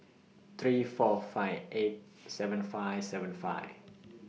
three four five eight seven five seven five